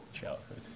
childhood